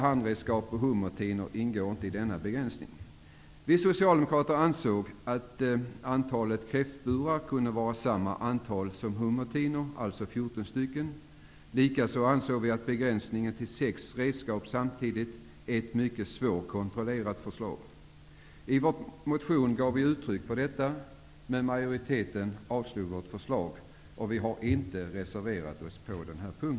Handredskap och hummertinor ingår inte i denna begränsning, kan man säga. Vi socialdemokrater ansåg att antalet kräftburar kunde vara detsamma som antalet hummertinor, alltså 14. Likaså ansåg vi att begränsningen till sex redskap samtidigt innebar ett mycket svårkontrollerat förslag. I vår motion gav vi uttryck för detta, men majoriteten i utskottet avslog vårt förslag, och vi har inte reserverat oss på den punkten.